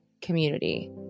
community